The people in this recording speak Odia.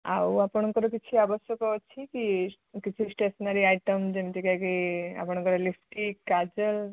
ଆଉ ଆପଣଙ୍କର କିଛି ଆବଶ୍ୟକ ଅଛି କି କିଛି ଷ୍ଟେସନାରୀ ଆଇଟମ୍ ଯେମିତିକା କି ଆପଣଙ୍କ ଲିପଷ୍ଟିକ୍ କାଜଲ